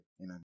Amen